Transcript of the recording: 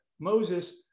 Moses